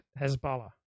Hezbollah